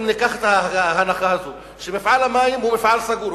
אם ניקח את ההנחה הזו שמפעל המים הוא מפעל סגור,